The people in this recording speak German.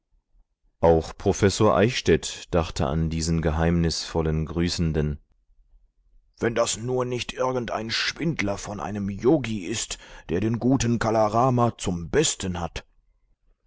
auch professor eichstädt dachte an diesen geheimnisvollen grüßenden wenn das nur nicht irgendein schwindler von einem yogi ist der den guten kala rama zum besten hat